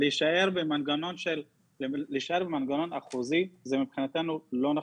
מבחינתנו, להישאר עם מנגנון אחוזי זה לא נכון.